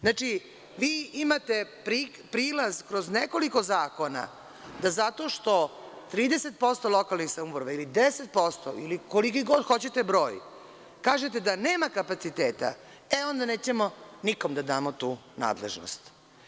Znači, vi imate prilaz kroz nekoliko zakona da zato što 30% lokalnih samouprava ili 10% ili koliki god hoćete broj kažete da nema kapaciteta, e, onda nećemo nikom da damo tu nadležnost.